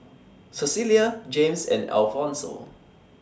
Cecilia Jaymes and Alfonso